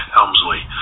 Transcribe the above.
Helmsley